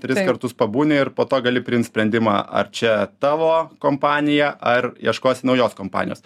tris kartus pabūni ir po to gali priimt sprendimą ar čia tavo kompanija ar ieškosi naujos kompanijos